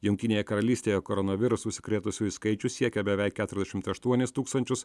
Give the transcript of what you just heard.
jungtinėje karalystėje koronavirusu užsikrėtusiųjų skaičius siekia beveik keturiasdešimt aštuonis tūkstančius